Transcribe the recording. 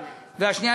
השנייה,